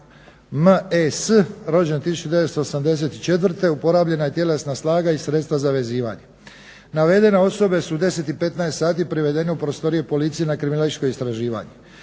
M.E.S rođen 1984. upotrijebljena je tjelesna snaga i sredstva za vezivanje. Navedene osobe su u 10,15 sati privedene u prostorije policije na kriminalističko istraživanje.